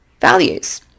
values